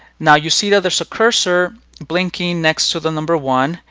now, you see that there's a cursor blinking next to the number one.